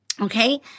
Okay